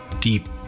Deep